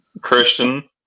Christian